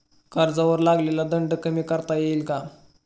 कर्जावर लागलेला दंड कमी करता येईल का?